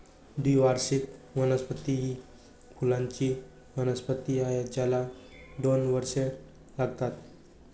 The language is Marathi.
द्विवार्षिक वनस्पती ही फुलांची वनस्पती आहे ज्याला दोन वर्षे लागतात